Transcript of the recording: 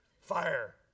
Fire